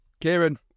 Kieran